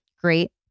great